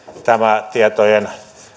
tämä tietojen